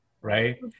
right